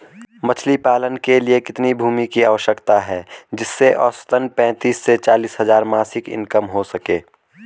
मछली पालन के लिए कितनी भूमि की आवश्यकता है जिससे औसतन पैंतीस से चालीस हज़ार मासिक इनकम हो सके?